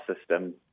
system